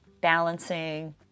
balancing